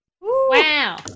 Wow